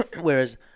Whereas